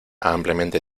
ampliamente